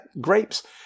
grapes